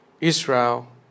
Israel